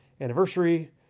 anniversary